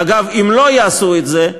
ואגב, אם לא יעשו את זה,